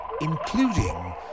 including